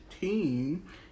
team